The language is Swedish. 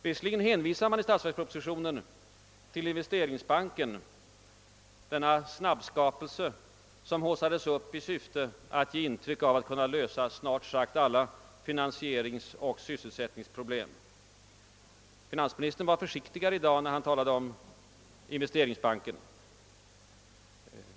Visserligen hänvisar man i denna till Investeringsbanken, denna snabbskapelse som haussades upp i syfte att ge intryck av att kunna lösa snart sagt alla finansieringsoch =sysselsättningsproblem. Finansministern var emelletid försiktigare när han i dag talade om Investeringsbanken.